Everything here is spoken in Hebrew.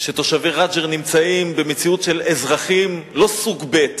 שתושבי רג'ר נמצאים במציאות של אזרחים, לא סוג ב'